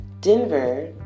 Denver